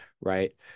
right